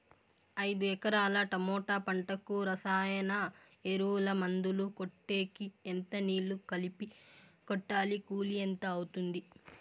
ఐదు ఎకరాల టమోటా పంటకు రసాయన ఎరువుల, మందులు కొట్టేకి ఎంత నీళ్లు కలిపి కొట్టాలి? కూలీ ఎంత అవుతుంది?